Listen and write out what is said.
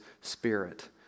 spirit